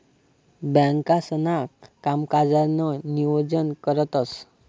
बँकांसणा कामकाजनं नियोजन करतंस